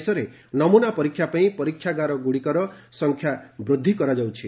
ଦେଶରେ ନମୁନା ପରୀକ୍ଷା ପାଇଁ ପରୀକ୍ଷାଗାରଗୁଡ଼ିକର ସଂଖ୍ୟା ବୃଦ୍ଧି କରାଯାଉଛି